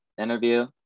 interview